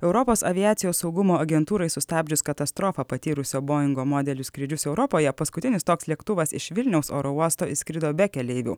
europos aviacijos saugumo agentūrai sustabdžius katastrofą patyrusio boingo modelių skrydžius europoje paskutinis toks lėktuvas iš vilniaus oro uosto išskrido be keleivių